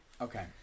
okay